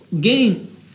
gain